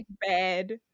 bad